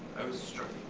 i was struck